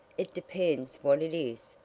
it depends what it is,